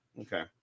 Okay